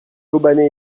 kobané